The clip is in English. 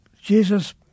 Jesus